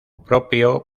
propio